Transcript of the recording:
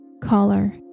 caller